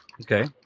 Okay